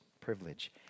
privilege